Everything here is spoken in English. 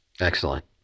Excellent